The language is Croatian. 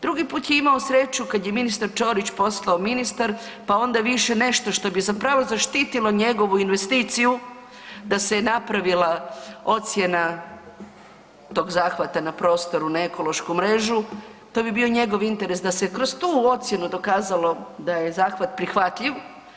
Drugi put je imao sreću kad je ministar Ćorić postao ministar, pa onda više nešto što bi zapravo zaštitilo njegovu investiciju da se je napravila ocjena tog zahvata na prostoru na ekološku mrežu, to bi bio njegov interes da se je kroz tu ocjenu dokazalo da je zahvat prihvatljiv.